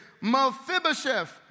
Mephibosheth